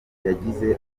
yagize